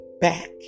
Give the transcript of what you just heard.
back